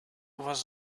was